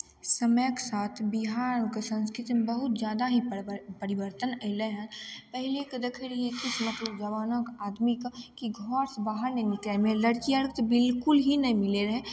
समयके साथ बिहारके संस्कृतिमे बहुत जादा ही परवर परिवर्तन एलय हइ पहलिके देखय रहियइ किछु मतलब जमानाके आदमीके कि घरसँ बाहर नहि निकलय लड़की आओर तऽ बिलकुल ही नहि मिलय रहय